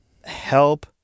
help